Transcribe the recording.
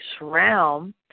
realm